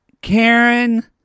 Karen